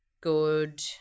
Good